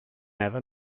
never